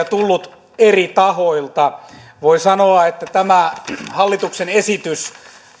tullut eri tahoilta voi sanoa että tämä hallituksen esitys